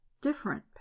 different